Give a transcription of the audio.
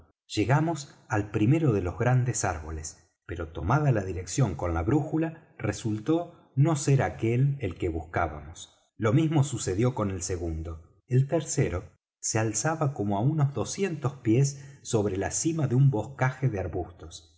llegamos al primero de los grandes árboles pero tomada la dirección con la brújula resultó no ser aquél el que buscábamos lo mismo sucedió con el segundo el tercero se alzaba como á unos doscientos pies sobre la cima de un boscaje de arbustos